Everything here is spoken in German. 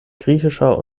griechischer